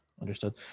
Understood